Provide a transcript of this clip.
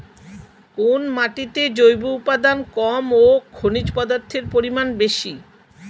কোন মাটিতে জৈব উপাদান কম ও খনিজ পদার্থের পরিমাণ বেশি?